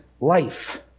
life